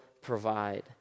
provide